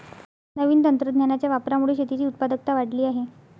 नवीन तंत्रज्ञानाच्या वापरामुळे शेतीची उत्पादकता वाढली आहे